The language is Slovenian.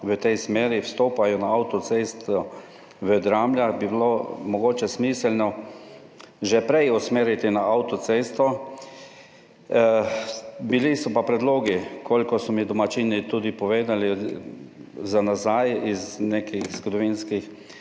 v tej smeri vstopajo na avtocesto v Dramljah, bi bilo mogoče smiselno že prej usmeriti na avtocesto. Bili so pa predlogi, kolikor so mi domačini povedali za nazaj, iz nekih zgodovinskih